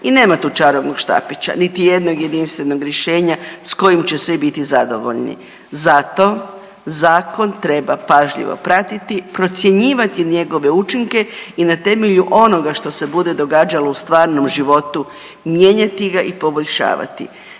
I nema tu čarobnog štapića, niti jednog jedinstvenog rješenja s kojim će svi biti zadovoljni. Zato zakon treba pažljivo pratiti, procjenjivati njegove učinke i na temelju onoga što se bude događalo u stvarnom životu, mijenjati ga i poboljšavati.